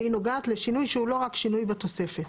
והיא נוגעת לשינוי שהוא לא רק שינוי בתוספת.